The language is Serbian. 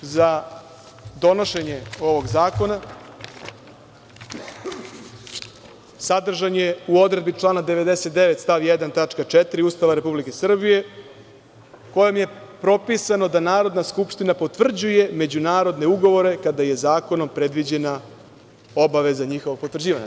Ustavni osnov za donošenje ovog zakona sadržan je u odredbi člana 99. stav 1. tačka 4. Ustava Republike Srbije, kojom je propisano da Narodna skupština potvrđuje međunarodne ugovore kada je zakonom predviđena obaveza njihovog potvrđivanja.